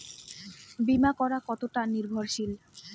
বীমা করা কতোটা নির্ভরশীল?